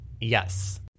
Yes